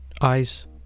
Eyes